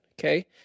okay